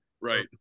Right